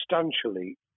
substantially